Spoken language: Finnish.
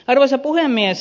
arvoisa puhemies